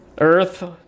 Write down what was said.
Earth